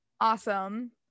awesome